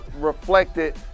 reflected